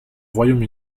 royaume